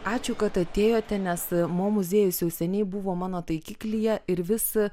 ačiū kad atėjote nes mo muziejus jau seniai buvo mano taikiklyje ir visa